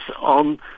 on